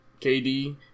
KD